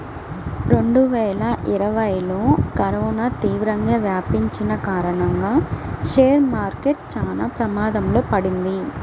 రెండువేల ఇరవైలో కరోనా తీవ్రంగా వ్యాపించిన కారణంగా షేర్ మార్కెట్ చానా ప్రమాదంలో పడింది